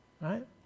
right